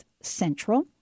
Central